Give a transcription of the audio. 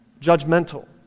Judgmental